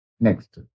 Next